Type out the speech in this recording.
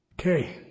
Okay